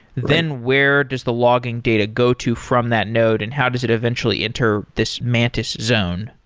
then where does the logging data go to from that node and how does it eventually enter this mantis zone?